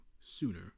sooner